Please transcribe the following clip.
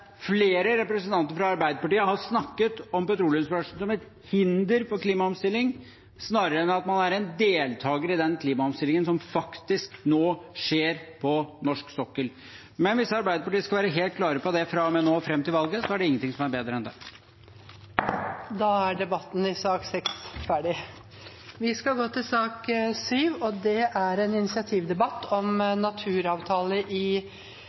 flere representanter fra Arbeiderpartiet har snakket om petroleumsbransjen som et hinder for klimaomstilling, snarere enn at man er en deltaker i den klimaomstillingen som faktisk nå skjer på norsk sokkel. Hvis Arbeiderpartiet skal være helt klare på det fra og med nå og fram til valget, er det ingen ting som er bedre enn det. Flere har ikke bedt ordet til sak nr. 6. Etter ønske fra energi- og